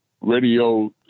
radio